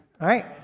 right